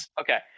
okay